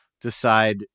Decide